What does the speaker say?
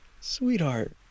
Sweetheart